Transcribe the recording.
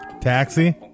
Taxi